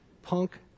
Punk